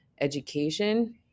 education